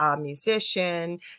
musician